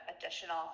additional